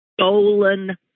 stolen